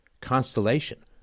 constellation